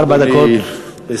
ארבע דקות.